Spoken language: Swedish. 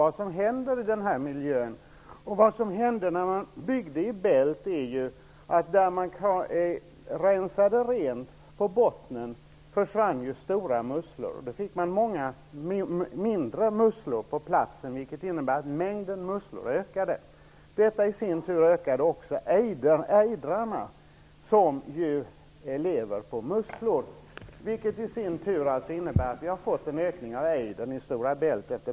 Vad som hände när man byggde i Bälten var att de stora musslorna försvann när man rensade rent på bottnen. I stället fick man många mindre musslor på samma plats, och mängden musslor ökade. Detta ökade också antalet ejdrar, som lever på musslor. Man har alltså fått en ökning antalet ejdrar i Stora Bält.